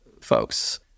folks